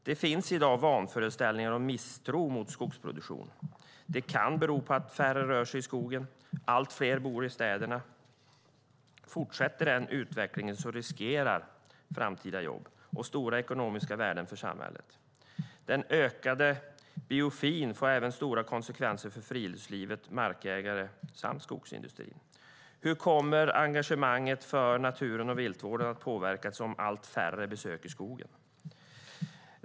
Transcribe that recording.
Det finns i dag vanföreställningar och misstro mot skogsproduktion. Det kan bero på att färre rör sig i skogen och allt fler bor i städerna. Fortsätter den utvecklingen riskeras framtida jobb och stora ekonomiska värden för samhället. Den ökade biofobin får även stora konsekvenser för friluftslivet, markägare och skogsindustrin. Hur kommer engagemanget för naturen och viltvården att påverkas om allt färre besöker skogen?